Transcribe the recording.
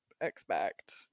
expect